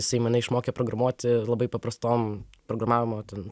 jisai mane išmokė programuoti labai paprastom programavimo ten